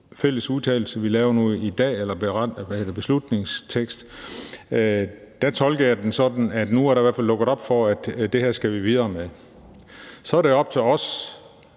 her vedtagelsestekst, vi laver nu i dag, tolker jeg det sådan, at nu er der i hvert fald lukket op for, at det her skal vi videre med. Så er det op til os,